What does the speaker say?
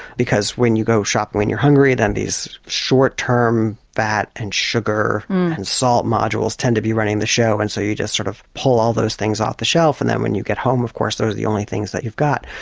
because when you go shopping when you're hungry then these short-term, fat and sugar and salt modules tend to be running the show and so you just sort of pull all those things off the shelf and then when you get home, of course, those are the only things that you've got.